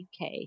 UK